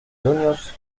juniors